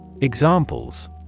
Examples